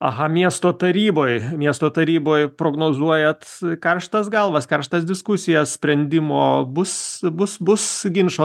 aha miesto taryboj miesto taryboj prognozuojat karštas galvas karštas diskusijas sprendimo bus bus bus ginčo